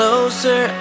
Closer